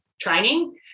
training